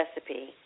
recipe